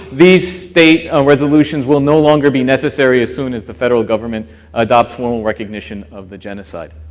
these state ah resolutions will no longer be necessary as soon as the federal government adopts formal recognition of the genocide.